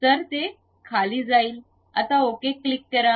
तर ते खाली जाईल आता ओके क्लिक करा